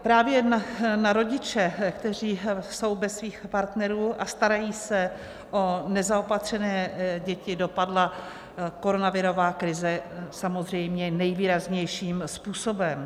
Právě na rodiče, kteří jsou bez svých partnerů a starají se o nezaopatřené děti, dopadla koronavirová krize samozřejmě nejvýraznějším způsobem.